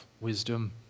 Wisdom